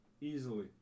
Easily